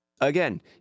again